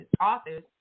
authors